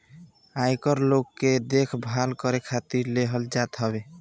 आयकर लोग के देखभाल करे खातिर लेहल जात हवे